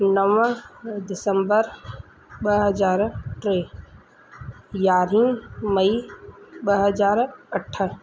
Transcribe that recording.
नव दिसंबर ॿ हज़ार टे यारहं मई ॿ हज़ार अठ